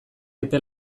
epe